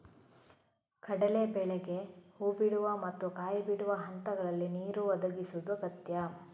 ಕಡಲೇ ಬೇಳೆಗೆ ಹೂ ಬಿಡುವ ಮತ್ತು ಕಾಯಿ ಬಿಡುವ ಹಂತಗಳಲ್ಲಿ ನೀರು ಒದಗಿಸುದು ಅಗತ್ಯ